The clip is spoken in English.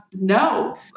no